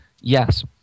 Yes